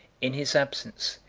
in his absence,